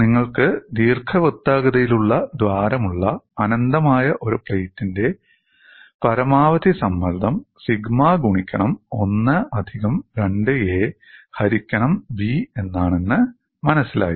നിങ്ങൾക്ക് ദീർഘവൃത്താകൃതിയിലുള്ള ദ്വാരമുള്ള അനന്തമായ ഒരു പ്ലേറ്റിന്റെ തകിട് പരമാവധി സമ്മർദ്ദം സിഗ്മ ഗുണിക്കണം 1 അധികം 2a ഹരിക്കണം b എന്നാണെന്ന് മനസ്സിലായി